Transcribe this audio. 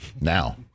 now